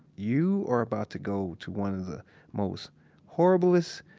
you are about to go to one of the most horriblest,